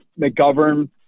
McGovern